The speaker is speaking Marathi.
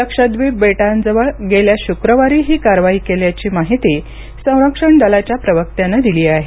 लक्षद्वीप बेटांजवळ गेल्या शुक्रवारी ही कारवाई केल्याची माहिती संरक्षण दलाच्या प्रवक्त्यानं दिली आहे